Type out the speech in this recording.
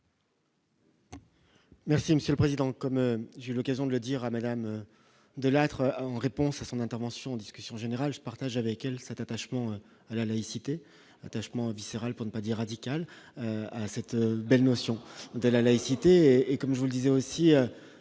Merci Monsieur le Président, comme j'ai eu l'occasion de le dire à Madame Delattre, en réponse à son intervention discussion générale je partage avec elle cet attachement à la laïcité attachement viscéral pour ne pas dire radicale à cette belle notion de la laïcité et comme je vous le disais, aussi